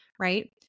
Right